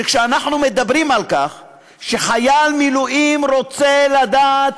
אנחנו מדברים על כך שחייל מילואים רוצה לדעת